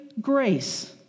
grace